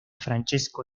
francesco